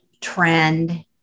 trend